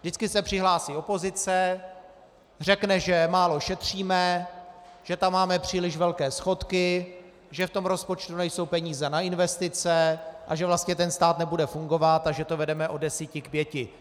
Vždycky se přihlásí opozice, řekne, že málo šetříme, že tam máme příliš velké schodky, že v tom rozpočtu nejsou peníze na investice a že vlastně ten stát nebude fungovat a že to vedeme od desíti k pěti.